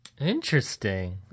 Interesting